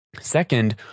Second